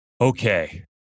Okay